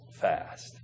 fast